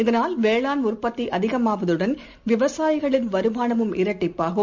இதனால் வேளாண் உற்பத்திஅதிகமாவதுடன் விவசாயிகளின் வருமானமும் இரட்டிப்பாகும்